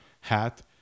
hat